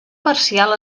parcial